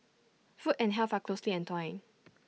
food and health are closely entwined